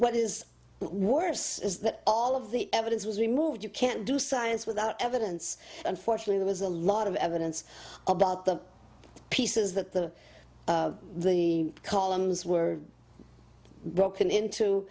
what is worse is that all of the evidence was removed you can't do science without evidence unfortunately there is a lot of evidence about the pieces that the the columns were broken into